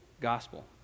gospel